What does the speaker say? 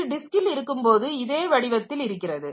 இது டிஸ்க்கில் இருக்கும்போது இதே வடிவத்தில் இருக்கிறது